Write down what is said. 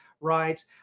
right